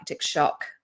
shock